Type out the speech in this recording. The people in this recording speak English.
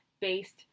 based